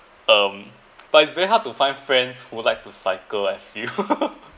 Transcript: um but it's very hard to find friends who would like to cycle I feel